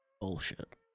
Bullshit